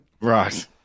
Right